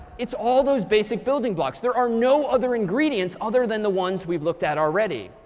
it's all those basic building blocks. there are no other ingredients other than the ones we've looked at already.